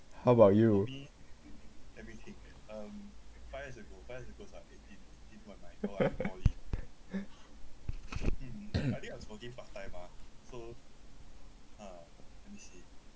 how about you